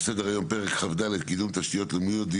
על סדר היום פרק כ"ד (קידום תשתיות לאומיות),